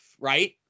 right